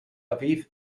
aviv